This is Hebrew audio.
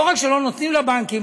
לא רק שלא נותנים לבנקים,